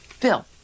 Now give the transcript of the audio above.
bill